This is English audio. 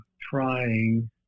trying